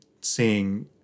seeing